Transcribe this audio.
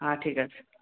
হ্যাঁ ঠিক আছে